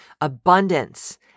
Abundance